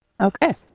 Okay